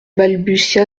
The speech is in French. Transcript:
balbutia